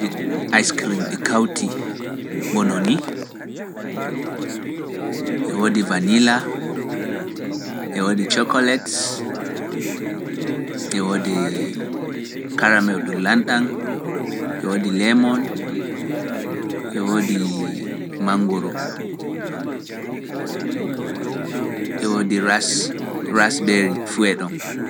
Icecream ɗi kawtii bano nii, e woodi vanila, e woodi chocolate, e woodi karamen ɗum laamɗam, e woodi lemon, e woodi manngoro, e woodi ras- rasbery fuu e ɗon.